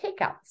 takeouts